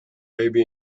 maybe